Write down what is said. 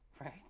right